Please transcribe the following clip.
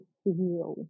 feel